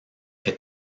est